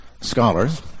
scholars